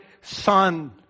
son